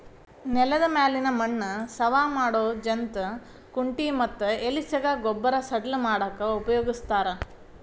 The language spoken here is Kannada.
ನೆಲದ ಮ್ಯಾಲಿನ ಮಣ್ಣ ಸವಾ ಮಾಡೋ ಜಂತ್ ಕುಂಟಿ ಮತ್ತ ಎಲಿಗಸಾ ಗೊಬ್ಬರ ಸಡ್ಲ ಮಾಡಾಕ ಉಪಯೋಗಸ್ತಾರ